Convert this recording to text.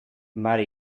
mare